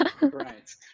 Right